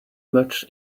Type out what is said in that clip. much